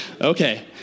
okay